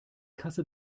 kasse